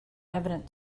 evident